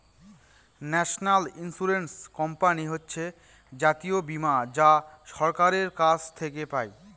national insurance company হচ্ছে জাতীয় বীমা যা সরকারের কাছ থেকে পাই